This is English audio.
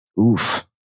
Oof